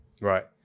Right